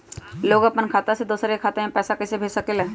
लोग अपन खाता से दोसर के खाता में पैसा कइसे भेज सकेला?